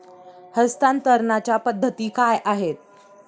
हस्तांतरणाच्या पद्धती काय आहेत?